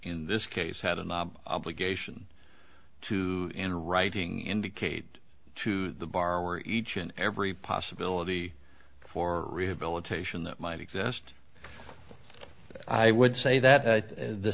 in this case had an obligation to in writing indicate to the bar where each and every possibility for rehabilitation that might exist i would say that